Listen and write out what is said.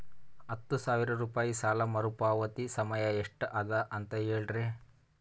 ಹತ್ತು ಸಾವಿರ ರೂಪಾಯಿ ಸಾಲ ಮರುಪಾವತಿ ಸಮಯ ಎಷ್ಟ ಅದ ಅಂತ ಹೇಳರಿ?